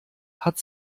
hat